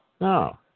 No